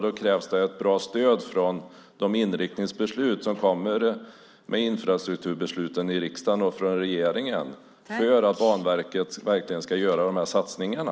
Då krävs det ett bra stöd från de inriktningsbeslut som kommer med infrastrukturbesluten i riksdagen och från regeringen för att Banverket verkligen ska göra de här satsningarna.